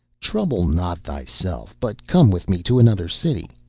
trouble not thyself, but come with me to another city.